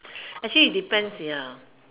actually it depends ya